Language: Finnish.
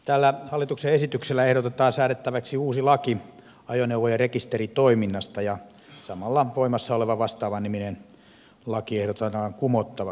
tällä hallituksen esityksellä ehdotetaan säädettäväksi uusi laki ajoneuvo ja rekisteritoiminnasta ja samalla voimassa oleva vastaavan niminen laki ehdotetaan kumottavaksi